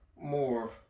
more